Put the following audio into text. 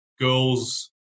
girls